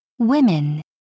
Women